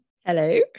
Hello